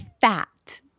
fat